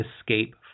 escape